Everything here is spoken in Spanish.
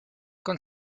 con